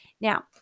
Now